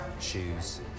shoes